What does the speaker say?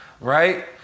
right